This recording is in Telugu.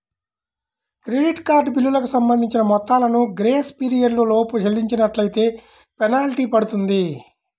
క్రెడిట్ కార్డు బిల్లులకు సంబంధించిన మొత్తాలను గ్రేస్ పీరియడ్ లోపు చెల్లించనట్లైతే ఫెనాల్టీ పడుతుంది